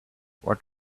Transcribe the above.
what